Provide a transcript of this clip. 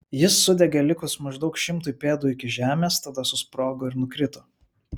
jis sudegė likus maždaug šimtui pėdų iki žemės tada susprogo ir nukrito